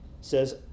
says